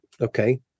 okay